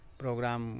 program